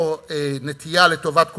או נטייה לטובת קופות-חולים,